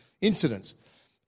incidents